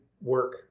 work